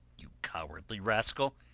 you cowardly rascal,